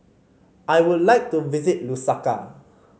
I would like to visit Lusaka